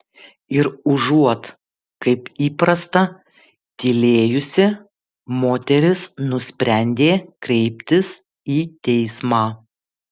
ir užuot kaip įprasta tylėjusi moteris nusprendė kreiptis į teismą